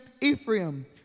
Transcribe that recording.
Ephraim